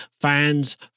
fans